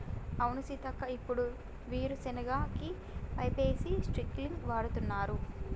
అవును సీతక్క ఇప్పుడు వీరు సెనగ కి పైపేసి స్ప్రింకిల్స్ వాడుతున్నారు